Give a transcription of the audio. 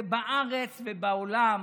זה בארץ ובעולם.